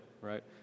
right